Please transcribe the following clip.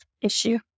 issue